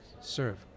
serve